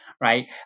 right